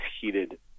heated